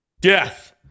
Death